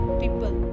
people